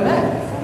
באמת.